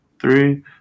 three